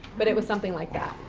but it was something like that.